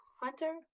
Hunter